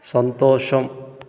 సంతోషం